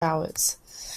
hours